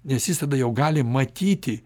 nes jis tada jau gali matyti